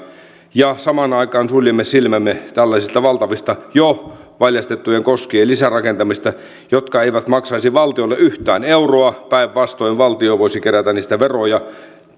ja samaan aikaan suljemme silmämme tällaisilta valtavilta jo valjastettujen koskien lisärakentamisilta jotka eivät maksaisi valtiolle yhtään euroa päinvastoin valtio voisi kerätä niistä veroja